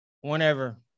whenever